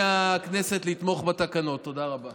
גם לא אומר על כל ערבי.